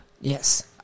Yes